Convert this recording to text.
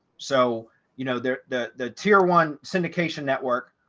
so you know, the the the tier one syndication network,